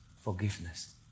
Forgiveness